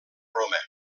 roma